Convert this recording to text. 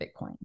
Bitcoin